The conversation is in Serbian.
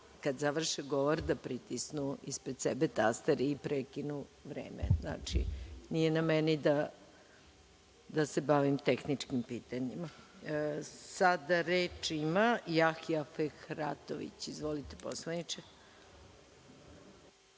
kad završe govor da pritisnu ispred sebe taster i prekinu vreme. Znači, nije na meni da se bavim tehničkim pitanjima. Sada reč ima Jahja Fehratović. Izvolite, poslaniče.